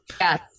Yes